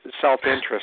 self-interest